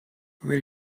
will